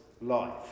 life